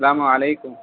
السلام علیکم